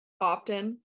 often